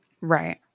Right